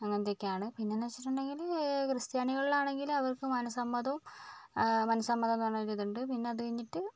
അങ്ങനെത്തെയൊക്കയാണ് പിന്നേന്നു വെച്ചിട്ടുണ്ടെങ്കിൽ ക്രിസ്ത്യാനികൾ ആണെങ്കിൽ അവർക്ക് മനസമ്മതോം മനസമ്മതം എന്ന് പറഞ്ഞൊരിതുണ്ട് പിന്നെ അതുകഴിഞ്ഞിട്ട്